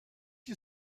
you